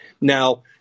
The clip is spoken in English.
Now